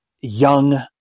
young